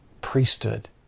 Priesthood